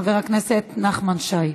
חבר הכנסת נחמן שי.